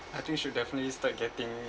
I think should definitely start getting